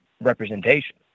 representation